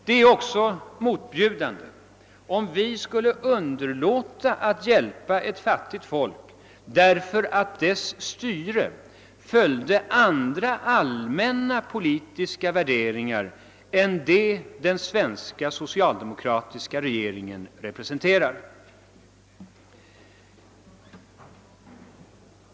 Det är också motbjudande, om vi skulle underlåta att hjälpa ett fattigt folk, därför att dess styre följde andra allmänna politiska värderingar än de den svenska socialdemokratiska regeringen representerar.